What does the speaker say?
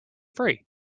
free